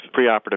preoperative